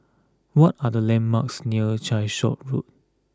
what are the landmarks near Calshot Road